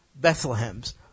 Bethlehems